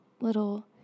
little